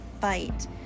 fight